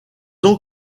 ont